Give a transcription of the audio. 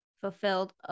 fulfilled